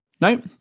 No